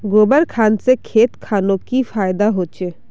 गोबर खान से खेत खानोक की फायदा होछै?